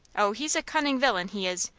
oh, he's a cunning villain, he is,